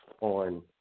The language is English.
on